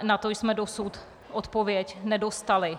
Na to jsme dosud odpověď nedostali.